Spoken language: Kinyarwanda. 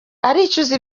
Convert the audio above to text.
aricuza